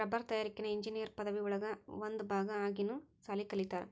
ರಬ್ಬರ ತಯಾರಿಕೆನ ಇಂಜಿನಿಯರ್ ಪದವಿ ಒಳಗ ಒಂದ ಭಾಗಾ ಆಗಿನು ಸಾಲಿ ಕಲಿತಾರ